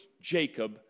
Jacob